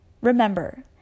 Remember